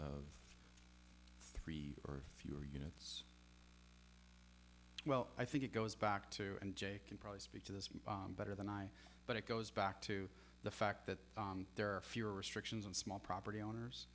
of three earth fuel units well i think it goes back to and jay can probably speak to this better than i but it goes back to the fact that there are fewer restrictions on small property owners